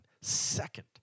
second